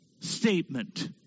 statement